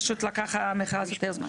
פשוט המכרז לקח יותר זמן.